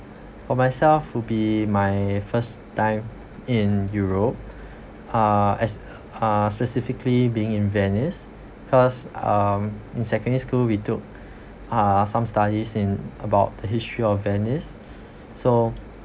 for myself would be my first time in europe uh as uh specifically being in venice cause um in secondary school we took uh some studies in about the history of venice so